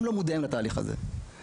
הם לא מודעים לתהליך הזה.